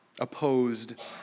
opposed